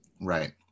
Right